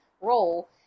role